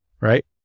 right